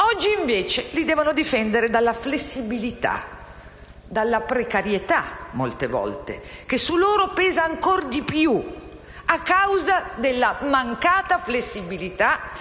Oggi, invece, li devono difendere dalla flessibilità e dalla precarietà, che su loro pesa ancor di più a causa della mancata flessibilità